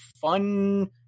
fun